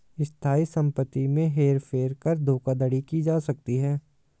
स्थायी संपत्ति में हेर फेर कर धोखाधड़ी की जा सकती है